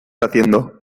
haciendo